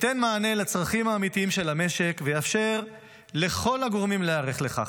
ייתן מענה לצרכים האמיתיים של המשק ויאפשר לכל הגורמים להיערך לכך.